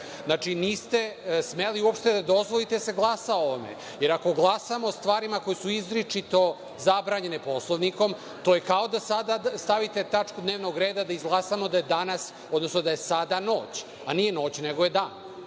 niste smeli uopšte da dozvolite da se glasa o ovome, jer ako glasamo o stvarima koje su izričito zabranjene Poslovnikom, to je kao da sada stavite tačku dnevnog reda da izglasamo da je danas, odnosno da je sada noć, a nije noć nego je dan.